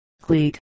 cleat